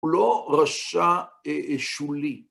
‫הוא לא רשע שולי.